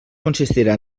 consistirà